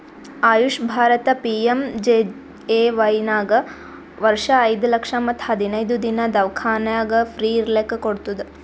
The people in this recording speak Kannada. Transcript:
ಆಯುಷ್ ಭಾರತ ಪಿ.ಎಮ್.ಜೆ.ಎ.ವೈ ನಾಗ್ ವರ್ಷ ಐಯ್ದ ಲಕ್ಷ ಮತ್ ಹದಿನೈದು ದಿನಾ ದವ್ಖಾನ್ಯಾಗ್ ಫ್ರೀ ಇರ್ಲಕ್ ಕೋಡ್ತುದ್